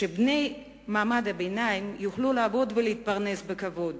שבני מעמד הביניים יוכלו לעבוד ולהתפרנס בכבוד,